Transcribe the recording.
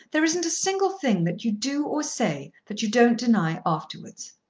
there isn't a single thing that you do or say that you don't deny afterwards.